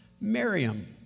Miriam